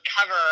cover